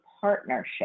partnership